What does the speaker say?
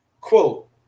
Quote